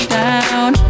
down